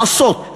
לעשות,